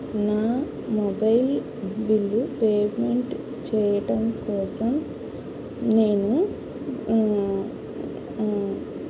నా mobile bill payment చేయటం కోసం నేను